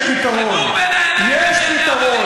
אבל,